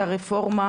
את הרפורמה